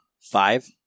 five